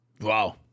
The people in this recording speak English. Wow